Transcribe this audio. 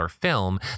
film